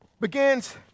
begins